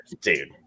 dude